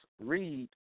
read